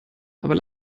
aber